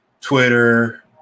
Twitter